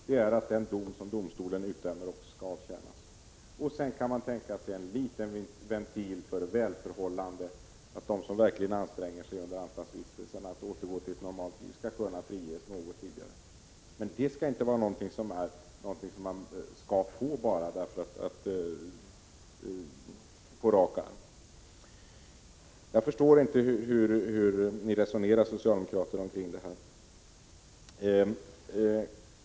Det är att den dom som domstolen utdömer också skall avtjänas. Man kan tänka sig en liten ventil för gott uppförande, att de som under anstaltsvistelsen verkligen anstränger sig för att återgå till ett normalt liv skall kunna friges något tidigare. Men detta skall inte vara någonting som man på rak arm bara kan få. Jag förstår inte hur ni socialdemokrater resonerar i denna fråga.